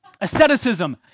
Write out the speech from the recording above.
Asceticism